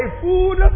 food